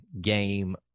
game